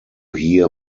hear